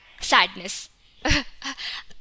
sadness